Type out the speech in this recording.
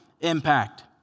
impact